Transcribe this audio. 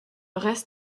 reste